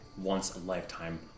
once-a-lifetime